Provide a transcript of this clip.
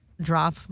drop